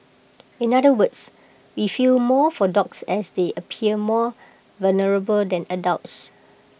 in other words we feel more for dogs as they appear more vulnerable than adults